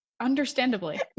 Understandably